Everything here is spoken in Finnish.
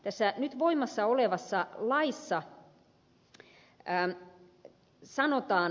tässä nyt voimassa olevassa laissa sanotaan